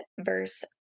verse